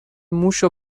موشو